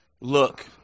Look